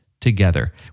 together